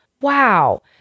Wow